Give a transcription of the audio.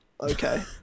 Okay